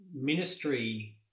ministry